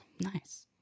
Nice